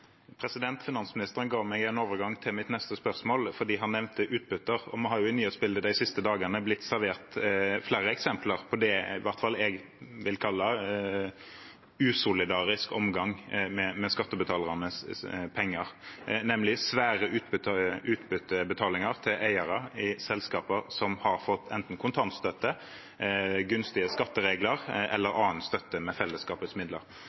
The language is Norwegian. Finansministeren ga meg en overgang til mitt neste spørsmål, for han nevnte utbytter. Vi har i nyhetsbildet de siste dagene blitt servert flere eksempler på det i hvert fall jeg vil kalle usolidarisk omgang med skattebetalernes penger, nemlig svære utbytteutbetalinger til eiere i selskaper som har fått enten kontantstøtte, gunstige skatteregler eller annen støtte med fellesskapets midler.